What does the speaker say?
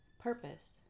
purpose